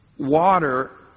Water